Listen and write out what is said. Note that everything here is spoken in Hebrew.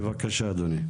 בבקשה אדוני.